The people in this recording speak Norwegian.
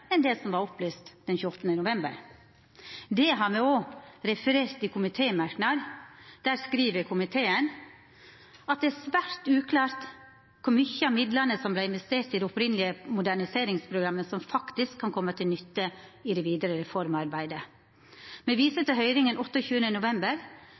enn det som var opplyst den 28. november. Dette er også referert i komitémerknad. Komiteen skriv i merknaden: «Komiteen merker seg at det er svært uklart hvor mye av midlene som ble investert i det opprinnelige moderniseringsprogrammet som faktisk kan komme til nytte i det videre reformarbeidet. Komiteen viser til høringen 28. november